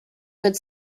good